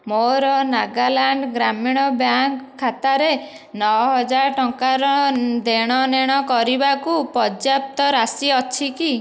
ମୋର ନାଗାଲାଣ୍ଡ ଗ୍ରାମୀଣ ବ୍ୟାଙ୍କ ଖାତାରେ ନଅ ହଜାର ଟଙ୍କାର ଦେଣନେଣ କରିବାକୁ ପର୍ଯ୍ୟାପ୍ତ ରାଶି ଅଛି କି